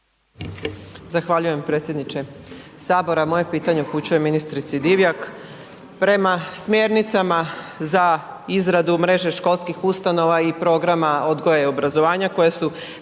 Zahvaljujem predsjedniče sabora, moje pitanje upućujem ministrici Divjak. Prema smjernicama za izradu mreže školskih ustanova i programa odgoja i obrazovanja koje su